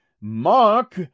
Mark